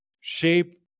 shape